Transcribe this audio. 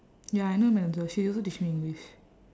ya I know madam zubaidah she also teach me english